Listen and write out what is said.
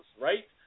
right